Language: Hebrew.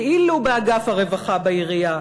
כאילו באגף הרווחה בעירייה.